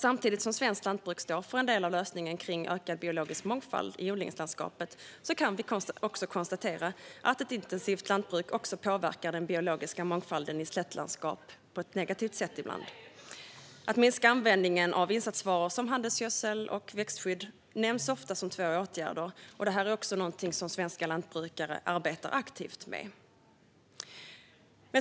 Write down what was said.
Samtidigt som svenskt lantbruk står för en del av lösningen kring ökad biologisk mångfald i odlingslandskapet kan vi nämligen konstatera att ett intensivt lantbruk ibland även påverkar den biologiska mångfalden i slättlandskap på ett negativt sätt. Minskad användning av insatsvaror som handelsgödsel och växtskydd nämns ofta som åtgärder, och det är också något som svenska lantbrukare arbetar aktivt med.